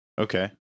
Okay